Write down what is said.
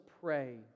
pray